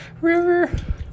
river